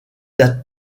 date